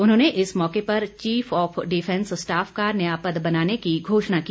उन्होंने इस मौके पर चीफ ऑफ डिफेंस स्टाफ का नया पद बनाने की घोषणा की